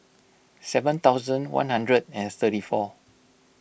seven thousand one hundred and thirty four